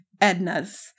Edna's